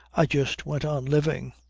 i just went on living.